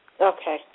Okay